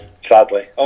sadly